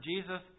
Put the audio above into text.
Jesus